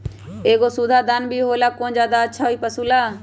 एगो सुधा दाना भी होला कौन ज्यादा अच्छा होई पशु ला?